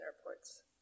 airports